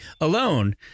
alone